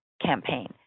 Campaign